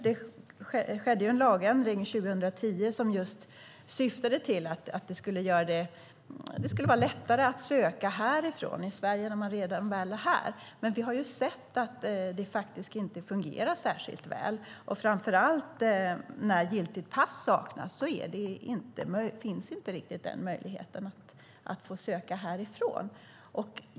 Det skedde en lagändring 2010 som just syftade till att det skulle vara lättare att söka från Sverige när man väl är här. Men vi har sett att det inte fungerar särskilt väl. Framför allt när giltigt pass saknas finns inte möjligheten att söka härifrån.